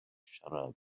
siarad